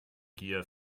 gier